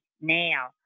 now